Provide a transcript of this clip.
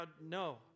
No